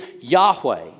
Yahweh